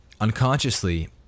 Unconsciously